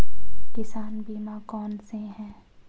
किसान बीमा कौनसे हैं?